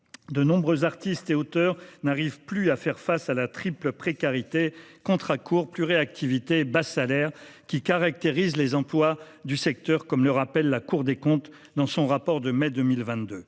De nombreux artistes et auteurs n'arrivent plus à faire face à la triple précarité- contrats courts, pluriactivité, bas salaires -qui caractérise les emplois du secteur, comme le rappelle la Cour des comptes dans son rapport de mai 2022.